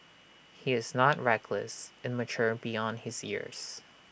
he is not reckless and mature beyond his years